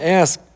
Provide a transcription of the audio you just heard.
ask